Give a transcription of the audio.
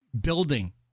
building